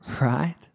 right